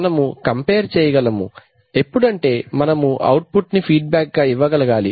మనము కంపేర్ చేయగలము ఎప్పుడంటే మనము ఔట్ పుట్ ని ఇవ్వగలగాలి